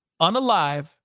unalive